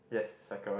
yes circle it